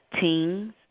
teens